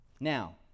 Now